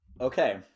Okay